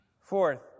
Fourth